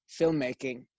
filmmaking